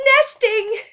nesting